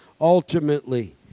ultimately